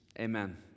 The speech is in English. Amen